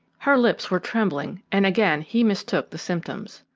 her lips were trembling, and again he mistook the symptoms.